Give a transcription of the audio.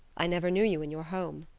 i never knew you in your home,